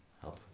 help